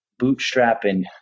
bootstrapping